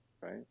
right